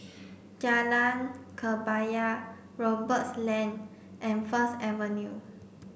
Jalan Kebaya Roberts Lane and First Avenue